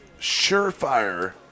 surefire